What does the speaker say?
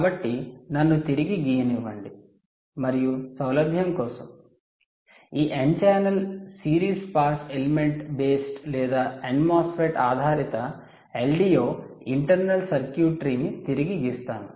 కాబట్టి నన్ను తిరిగి గీయనివ్వండి మరియు సౌలభ్యం కోసం ఈ n ఛానెల్ను సిరీస్ పాస్ ఎలిమెంట్ బేస్డ్ లేదా NMOSFET ఆధారిత LDO ఇంటర్నల్ సర్క్యూట్రీని తిరిగి గీస్తాను